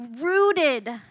rooted